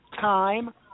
time